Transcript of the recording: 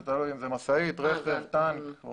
תלוי אם זאת משאית, רכב או טנק.